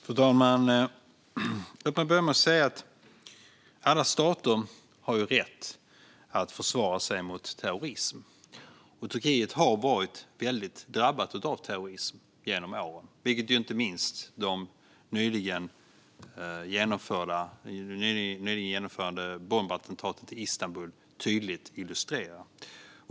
Fru talman! Låt mig börja med att säga att alla stater har rätt att försvara sig mot terrorism. Turkiet har varit väldigt drabbat av terrorism genom åren, vilket inte minst det nyligen genomförda bombattentatet i Istanbul tydligt illustrerar.